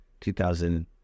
2000